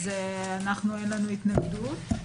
אין לנו התנגדות.